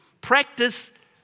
practice